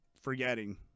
forgetting